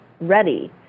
ready